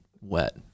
wet